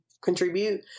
contribute